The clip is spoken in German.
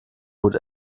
gut